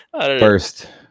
First